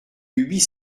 huit